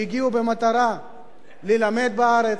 שהגיעו במטרה ללמד בארץ,